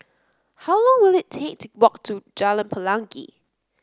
how long will it take to walk to Jalan Pelangi